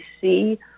see